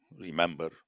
Remember